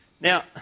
Now